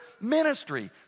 ministry